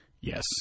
Yes